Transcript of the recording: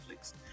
Netflix